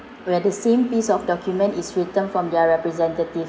where the same piece of document is written from their representatives